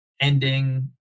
ending